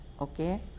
Okay